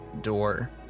door